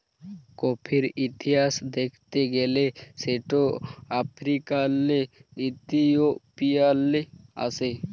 কফির ইতিহাস দ্যাখতে গ্যালে সেট আফ্রিকাল্লে ইথিওপিয়াল্লে আস্যে